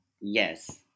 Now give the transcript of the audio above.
Yes